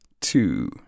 two